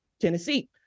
Tennessee